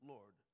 Lord